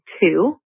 two